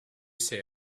say